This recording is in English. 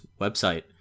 website